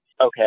okay